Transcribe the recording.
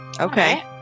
Okay